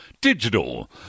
digital